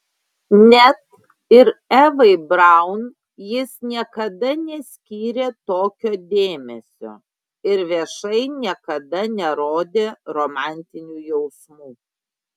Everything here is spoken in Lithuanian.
net ir evai braun jis niekada neskyrė tokio dėmesio ir viešai niekada nerodė romantinių jausmų